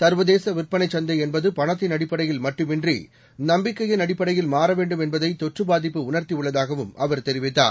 சர்வதேசவிற்பனைச்சந்தைஎன்பதுபணத்தின்அடிப்ப டையில்மட்டுமின்றி நம்பிக்கையின்அடிப்படையில்மாறவேண்டும்என்பதை தொற்றுபாதிப்புஉணர்த்திஉள்ளதாகவும்அவர்தெரிவித் தார்